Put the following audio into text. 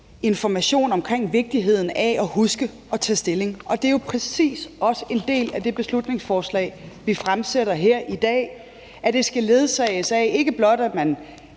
information om vigtigheden af at huske at tage stilling, og det er jo præcis også en del af den beslutningsforslag, vi fremsætter her i dag, altså at man ikke blot skal